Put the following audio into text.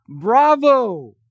bravo